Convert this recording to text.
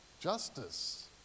justice